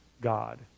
God